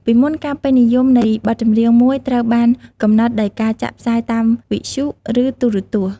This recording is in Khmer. ពីមុន ការពេញនិយមនៃបទចម្រៀងមួយត្រូវបានកំណត់ដោយការចាក់ផ្សាយតាមវិទ្យុ ឬទូរទស្សន៍។